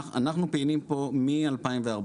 אנחנו פעילים פה מ-2014,